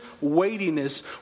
weightiness